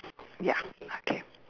ya okay